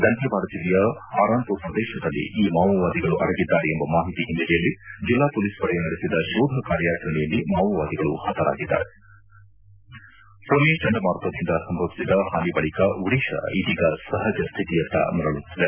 ದಂತೇವಾದ ಜಿಲ್ಲೆಯ ಆರಾನ್ಪುರ್ ಪ್ರದೇಶದಲ್ಲಿ ಈ ಮಾವೋವಾದಿಗಳು ಅಡಗಿದ್ದಾರೆ ಎಂಬ ಮಾಹಿತಿ ಹಿನ್ನೆಲೆಯಲ್ಲಿ ಜಿಲ್ಲಾ ಪೊಲೀಸ್ಪಡೆ ನಡೆಸಿದ ಶೋಧ ಕಾರ್ಯಾಚರಣೆಯಲ್ಲಿ ಮಾವೋವಾದಿಗಳು ಹತರಾಗಿದ್ದಾರೆ ಫೊನಿ ಚಂಡಮಾರುತದಿಂದ ಸಂಭವಿಸಿದ ಹಾನಿ ಬಳಿಕ ಒಡಿಶಾ ಇದೀಗ ಸಹಜ ಸ್ಥಿತಿಯತ್ತ ಮರಳುತ್ತಿದೆ